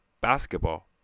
basketball